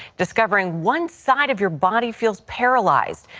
discovering one side of your body feels paralyzed.